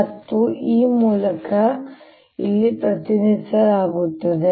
ಮತ್ತು ಈ ಮೂಲಕ ಇಲ್ಲಿ ಪ್ರತಿನಿಧಿಸಲಾಗುತ್ತಿದೆ